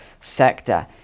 sector